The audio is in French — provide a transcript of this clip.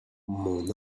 mon